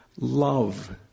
Love